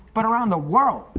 but around the world.